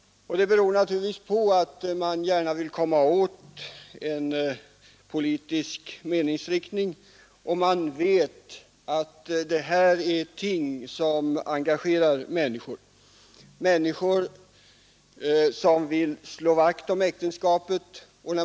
Detta beror på att man gärna vill komma åt en politisk meningsinriktning. Man vet att detta är ting som engagerar människorna, som vill slå vakt om äktenskapet.